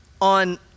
on